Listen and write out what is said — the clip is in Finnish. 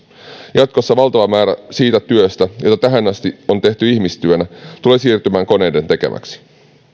jatkossa valtava määrä siitä työstä jota tähän asti on tehty ihmistyönä tulee siirtymään koneiden tekemäksi